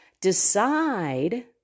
decide